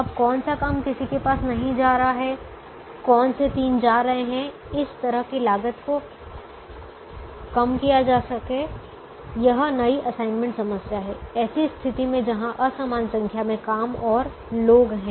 अब कौन सा काम किसी के पास नहीं जा रहा है कौन से तीन जा रहे है इस तरह की लागत को कम किया जा सके यह नई असाइनमेंट समस्या है ऐसी स्थिति में जहां असमान संख्या में काम और लोग हैं